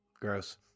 Gross